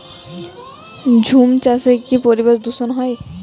ঝুম চাষে কি পরিবেশ দূষন হয়?